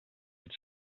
fet